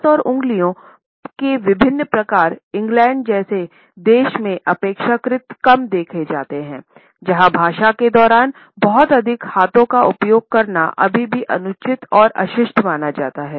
हाथ और उंगली के विभिन्न प्रकार इंग्लैंड जैसे देश में अपेक्षाकृत कम देखा जाता है जहां भाषण के दौरान बहुत अधिक हाथों का उपयोग करना अभी भी अनुचित और अशिष्ट माना जाता है